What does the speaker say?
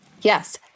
Yes